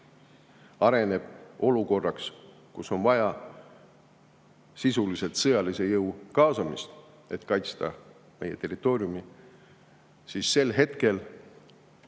areneb olukorraks, kus on vaja sisuliselt sõjalise jõu kaasamist, et kaitsta meie territooriumi, sel hetkel,